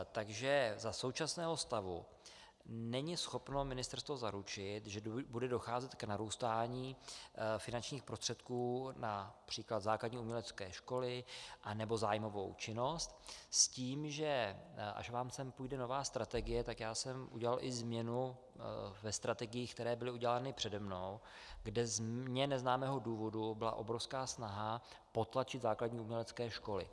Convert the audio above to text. Takže za současného stavu není schopno ministerstvo zaručit, že bude docházet k narůstání finančních prostředků například na základní umělecké školy nebo zájmovou činnost s tím, že až vám sem půjde nová strategie, tak jsem udělal i změnu ve strategiích, které byly udělány přede mnou, kde z mně neznámého důvodu byla obrovská snaha potlačit základní umělecké školy.